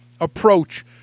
approach –